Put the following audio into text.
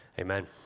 Amen